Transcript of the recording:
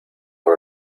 por